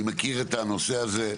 אני מכיר את הנושא הזה,